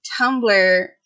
Tumblr